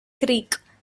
creek